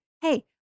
Hey